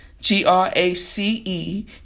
G-R-A-C-E